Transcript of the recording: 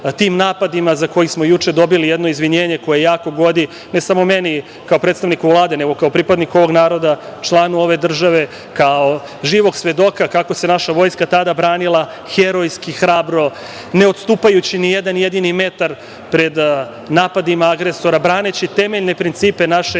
tim napadima za koje smo juče dobili jedno izvinjenje koje jako godi, ne samo meni kao predstavniku Vlade, nego kao pripadniku ovog naroda, članu ove države, kao živog svedoka kako se naša vojska tada branila herojski, hrabro, ne odstupajući ni jedan jedini metar pred napadima agresora, braneći temeljne principe naše